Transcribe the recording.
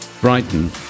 Brighton